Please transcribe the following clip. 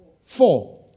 four